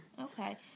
okay